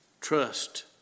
Trust